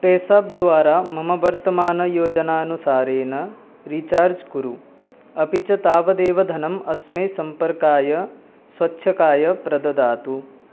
पेसाप् द्वारा मम वर्तमानयोजनानुसारेण रीचार्ज् कुरु अपि च तावदेव धनम् अस्मै सम्पर्काय स्वेच्छया प्रददातु